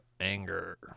Anger